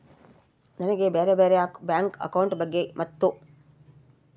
ನನಗೆ ಬ್ಯಾರೆ ಬ್ಯಾರೆ ಬ್ಯಾಂಕ್ ಅಕೌಂಟ್ ಬಗ್ಗೆ ಮತ್ತು?